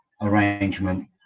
arrangement